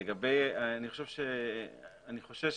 חושב,